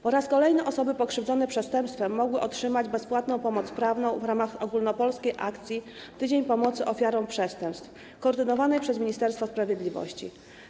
Po raz kolejny osoby pokrzywdzone przestępstwem mogły otrzymać bezpłatną pomoc prawną dzięki ogólnopolskiej akcji „Tydzień pomocy ofiarom przestępstw” koordynowanej przez Ministerstwo Sprawiedliwości.